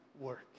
work